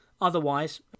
otherwise